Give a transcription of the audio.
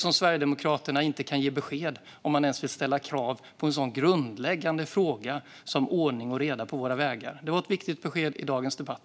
Sverigedemokraterna kan ju inte ens ge besked om de vill ställa krav i en så grundläggande fråga som ordning och reda på våra vägar. Det här var ett viktigt besked i dagens debatt.